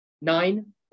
nine